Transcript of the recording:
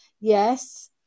yes